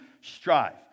strive